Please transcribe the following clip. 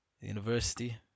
University